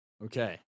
Okay